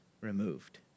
removed